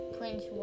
Prince